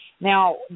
Now